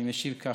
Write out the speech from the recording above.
אני משיב כך: